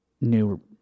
new